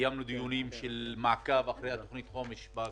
בכנסות קודמות קיימנו דיונים למעקב אחר תוכנית החומש.